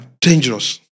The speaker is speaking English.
dangerous